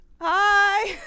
Hi